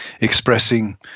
expressing